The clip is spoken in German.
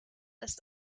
ist